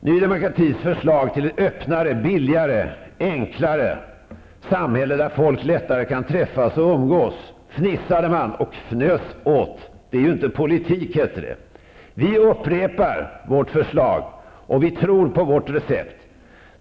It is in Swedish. Ny Demokratis förslag till ett öppnare, billigare och enklare samhälle där folk lättare kan träffas och umgås fnissade och fnös man åt. Det är ju inte politik, hette det. Vi upprepar vårt förslag, och vi tror på vårt recept.